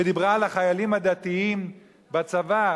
ודיברה על החיילים הדתיים בצבא,